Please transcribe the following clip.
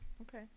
Okay